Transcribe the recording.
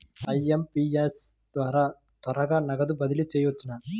IMPS ద్వారా త్వరగా నగదు బదిలీ చేయవచ్చునా?